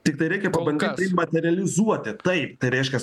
tiktai reikia pabandyti tai materealizuoti taip tai reiškias